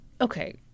okay